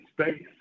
space